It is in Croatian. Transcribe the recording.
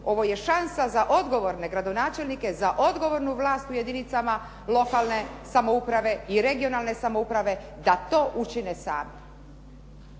Ovo je šansa za odgovorne gradonačelnike, za odgovornu vlast u jedinicama lokalne samouprave i regionalne samouprave da to učine sad.